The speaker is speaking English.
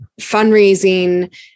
fundraising